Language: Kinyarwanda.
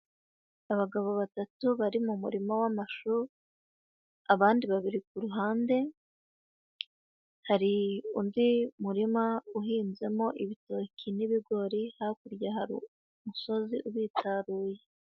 Abagabo batatu bari mu murima w'amashu, abandi babiri ku ruhande, hari undi murima uhinzemo ibitoki n'ibigori, hakurya hari umusozi ubitaruye.